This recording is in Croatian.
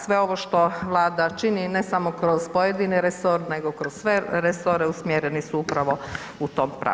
Sve ovo što vlada čini ne samo kroz pojedini resor nego kroz sve resore usmjereni su upravo u tom pravcu.